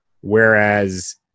Whereas